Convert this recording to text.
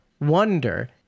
wonder